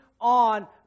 on